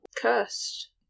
cursed